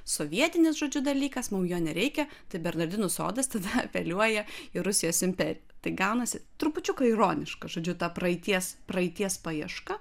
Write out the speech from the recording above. sovietinis žodžiu dalykas mum jo nereikia tai bernardinų sodas tada apeliuoja į rusijos imperiją tai gaunasi trupučiuką ironiška žodžiu ta praeities praeities paieška